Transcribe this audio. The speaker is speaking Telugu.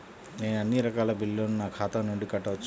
నేను అన్నీ రకాల బిల్లులను నా ఖాతా నుండి కట్టవచ్చా?